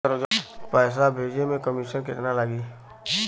पैसा भेजे में कमिशन केतना लागि?